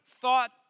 thought